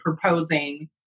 proposing